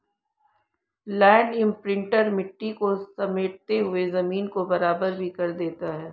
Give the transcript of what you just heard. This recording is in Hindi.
लैंड इम्प्रिंटर मिट्टी को समेटते हुए जमीन को बराबर भी कर देता है